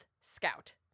Scout